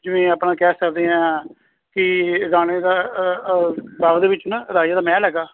ਜਿਵੇਂ ਆਪਣਾ ਕਹਿ ਸਕਦੇ ਹਾਂ ਕਿ ਰਾਣੇ ਦਾ ਬਾਗ ਦੇ ਵਿੱਚ ਨਾ ਰਾਜੇ ਦਾ ਮਹਿਲ ਹੈਗਾ